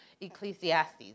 Ecclesiastes